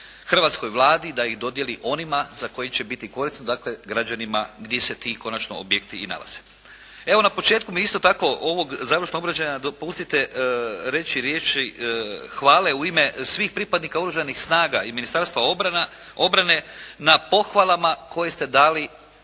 hrvatskoj Vladi da ih dodijeli onima za koje će biti korisno, dakle građanima gdje se ti konačno objekti i nalaze. Evo na početku mi isto tako ovog završnog obraćanja dopustite reći riječi hvale u ime svih pripadnika Oružanih snaga i Ministarstva obrane na pohvalama koje ste dali